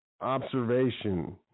observation